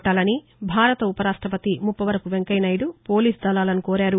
కొట్టాలని భారత ఉపరాష్టపతి ముప్పవరపు వెంకయ్య నాయుడు పోలీస్ దళాలను కోరారు